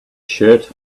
shirt